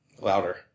Louder